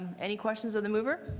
any questions of the mover?